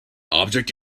object